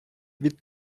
від